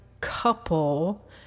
couple